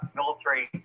military